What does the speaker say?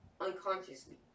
unconsciously